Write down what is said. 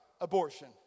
abortion